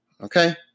Okay